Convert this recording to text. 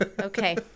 Okay